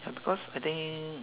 ya because I think